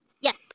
Yes